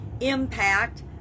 impact